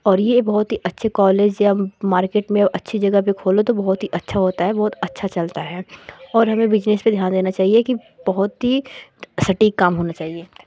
और यह बहुत ही अच्छे कॉलेज या मार्केट में अच्छी जगह पर खोलो तो बहुत ही अच्छा होता है बहुत अच्छा चलता है और हमें बिजनेस पर ध्यान देना चाहिए कि बहुत ही सटीक काम होना चाहिए